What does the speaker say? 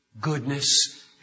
goodness